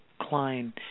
Klein